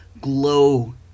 glow